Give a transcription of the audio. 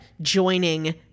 joining